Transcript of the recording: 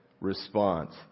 response